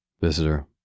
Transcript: Visitor